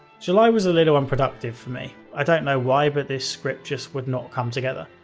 july was a little unproductive for me. i don't know why, but this script just would not come together.